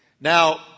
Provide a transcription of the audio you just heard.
Now